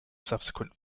subsequent